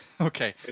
Okay